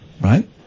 right